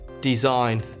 design